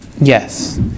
Yes